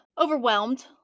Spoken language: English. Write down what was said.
overwhelmed